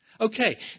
Okay